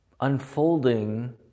unfolding